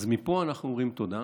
מפה אנחנו אומרים תודה.